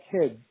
kids